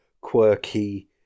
quirky